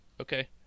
Okay